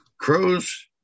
Crows